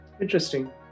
interesting